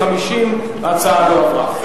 50. ההצעה לא עברה.